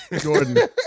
Jordan